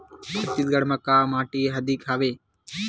छत्तीसगढ़ म का माटी अधिक हवे?